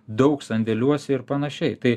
daug sandėliuose ir panašiai tai